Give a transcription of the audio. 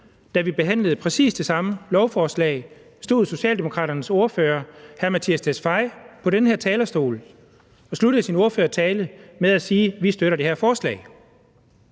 da vi behandlede præcis det samme beslutningsforslag, stod Socialdemokratiets ordfører hr. Mattias Tesfaye på den her talerstol og afsluttede sin ordførertale med at sige: Vi støtter det her forslag.